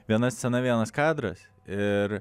viena scena vienas kadras ir